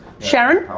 sharon?